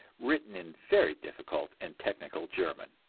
written in very difficult and technical german.